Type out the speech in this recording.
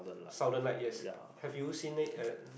southern light yes have you seen it uh